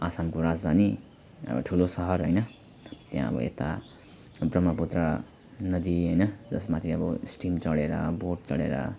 आसामको राजधानी अब ठुलो सहर हैन त्यहाँ अब यता ब्रह्मपुत्र नदी हैन जसमाथि अब स्टिमर चढेर बोट चढेर